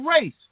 race